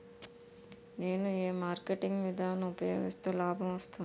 నేను ఏ మార్కెటింగ్ విధానం ఉపయోగిస్తే లాభం వస్తుంది?